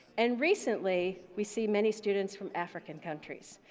and recently, we see many students from african countries,